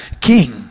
king